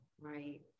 right